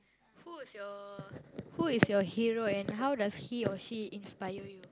who is your who is your hero and how does he or she inspire you